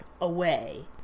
away